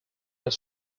are